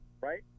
right